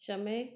समय